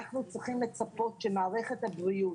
אנחנו צריכים לצפות שמערכת הבריאות,